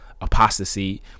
apostasy